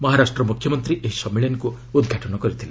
ମହାରାଷ୍ଟ୍ର ମୁଖ୍ୟମନ୍ତ୍ରୀ ଏହି ସମ୍ମିଳନୀକୁ ଉଦ୍ଘାଟନ କରିଥିଲେ